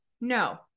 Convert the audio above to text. No